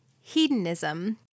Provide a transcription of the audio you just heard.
Hedonism